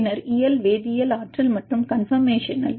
பின்னர் இயல் வேதியியல் ஆற்றல் மற்றும் கான்போர்மேஷனல்